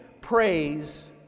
praise